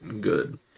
good